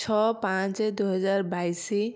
ଛଅ ପାଞ୍ଚ ଦୁଇ ହଜାର ବାଇଶି